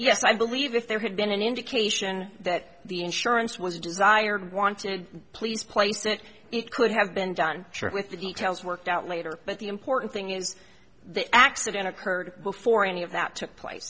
yes i believe if there had been an indication that the insurance was desired want to please place it it could have been done with the details worked out later but the important thing is the accident occurred before any of that took place